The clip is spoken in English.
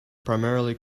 primarily